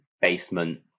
Basement